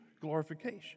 glorification